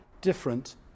different